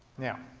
now.